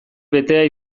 betea